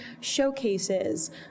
showcases